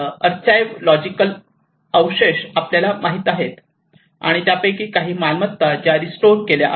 आणि अर्चाएवलॉजिकल अवशेष आपल्याला माहित आहेत आणि यापैकी काही मालमत्ता जे रिस्टोअर केल्या आहेत